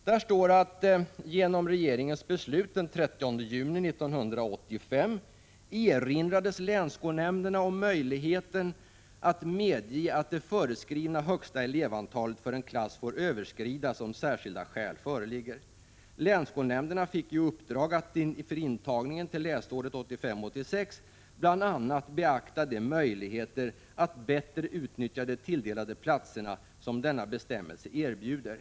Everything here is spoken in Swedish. Där anför statsrådet: ”Genom regeringens beslut den 13 juni 1985 erinrades länsskolnämnderna bl.a. om möjligheten ——— att medge att det föreskrivna högsta elevantalet för en klass får överskridas, om särskilda skäl föreligger. Länsskolnämnderna fick i uppdrag att inför intagningen till läsåret 1985/86 bl.a. beakta de möjligheter att bättre utnyttja tilldelade platser som denna bestämmelse erbjuder.